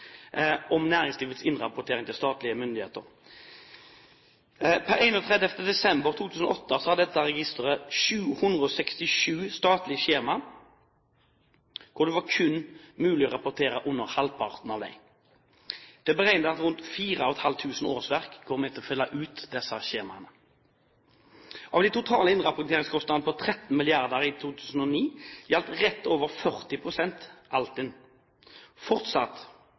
om næringslivets innrapportering til statlige myndigheter. Den 31. desember 2008 hadde dette registeret 767 statlige skjemaer, av dem var det kun mulig å rapportere halvparten elektronisk. Det er beregnet at rundt fire og et halvt tusen årsverk går med til å fylle ut disse skjemaene. Av de totale innrapporteringskostnadene på 13 mrd. kr i 2009 gjaldt rett over 40 pst. Altinn. Fortsatt